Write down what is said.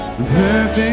Perfect